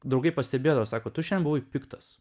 draugai pastebėjo sako tu šiandien buvai piktas